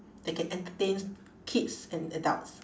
that can entertain kids and adults